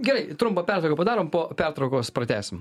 gerai trumpą pertrauką padarom po pertraukos pratęsim